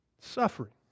Suffering